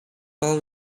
about